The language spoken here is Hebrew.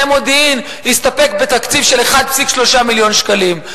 מודיעין הסתפק בתקציב של 1.3 מיליון שקלים.